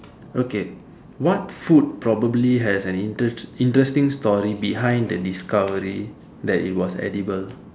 okay what food probably has an intere~ interesting story behind the discovery that it was edible